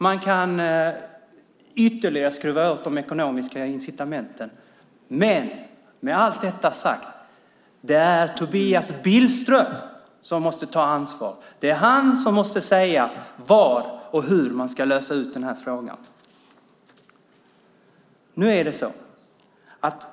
Man kan ytterligare skruva åt de ekonomiska incitamenten, men med allt detta sagt är det ändå Tobias Billström som måste ta ansvar. Det är han som måste säga var och hur man ska lösa ut frågan.